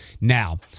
now